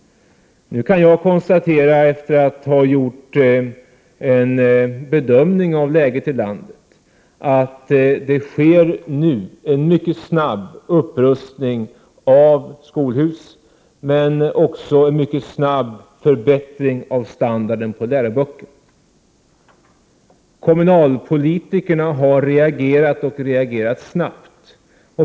Nu kan jag, efter att ha gjort en bedömning av läget i landet, konstatera att det sker en mycket snabb upprustning av skolhus och en mycket snabb förbättring av standarden på läroböckerna. Kommunalpolitikerna har reagerat snabbt.